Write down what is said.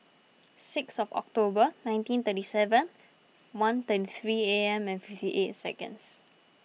sixth October nineteen thirty seven one thirty three A M and fifty eight seconds